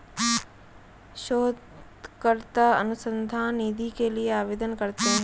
शोधकर्ता अनुसंधान निधि के लिए आवेदन करते हैं